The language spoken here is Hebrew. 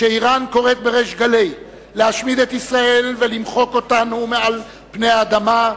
כשאירן קוראת בריש גלי להשמיד את ישראל ולמחוק אותנו מעל פני האדמה,